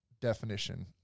definition